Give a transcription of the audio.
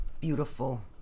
beautiful